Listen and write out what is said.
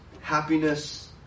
happiness